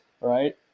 Right